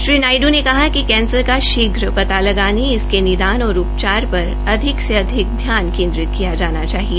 श्री नायड्र ने कहा कि कैंसर का शीघ्र पता लगाने इसके निदान और उपचार पर अधिक से अधिक ध्यान केन्द्रित किया जाना चाहिए